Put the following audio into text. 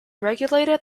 regulated